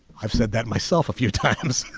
i've said that myself a few times